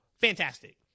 Fantastic